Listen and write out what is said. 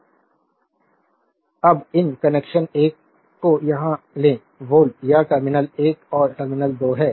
slide time देखें 0801 अब इस कनेक्शन 1 को यहां लें वोल्ट यह टर्मिनल 1 और टर्मिनल 2 है